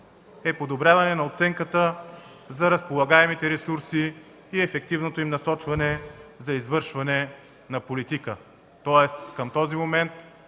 е подобряване на оценката за разполагаемите ресурси и ефективното им насочване за извършване на политика. Тоест към този момент